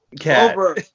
Over